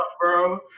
bro